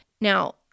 Now